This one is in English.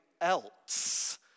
else